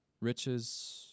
Riches